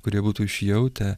kurie būtų išjautę